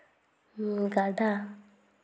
ᱜᱟᱰᱟ